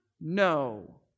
No